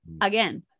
again